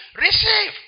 receive